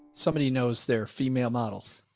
somebody knows their female models.